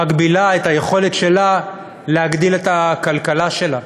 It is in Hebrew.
מגבילה את היכולת שלה להגדיל את הכלכלה שלה,